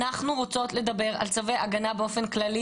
אנחנו רוצות לדבר על צווי הגנה באופן כללי.